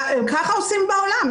כך עושים בעולם,